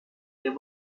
there